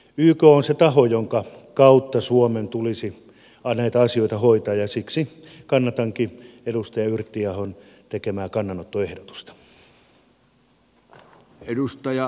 yk on se taho jonka kautta suomen tulisi näitä asioita hoitaa ja siksi kannatankin edustaja yrttiahon tekemää kannanottoehdotusta